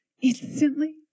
instantly